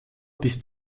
bis